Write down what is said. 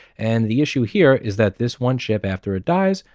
and the issue here is that this one chip after it dies,